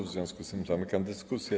W związku z tym zamykam dyskusję.